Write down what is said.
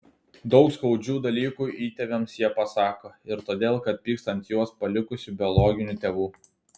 daug skaudžių dalykų įtėviams jie pasako ir todėl kad pyksta ant juos palikusių biologinių tėvų